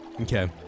okay